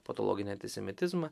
patologinį antisemitizmą